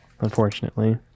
unfortunately